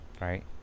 Right